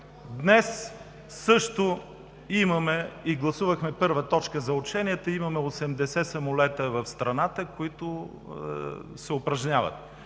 Днес също имаме и гласувахме първата точка за ученията, имаме 80 самолета в страната, които се упражняват.